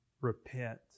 repent